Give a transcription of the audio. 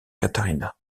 catarina